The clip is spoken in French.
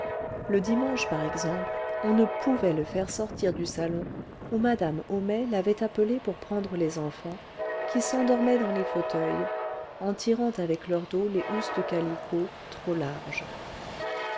le dimanche par exemple on ne pouvait le faire sortir du salon où madame homais l'avait appelé pour prendre les enfants qui s'endormaient dans les fauteuils en tirant avec leurs dos les housses de calicot trop larges